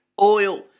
oil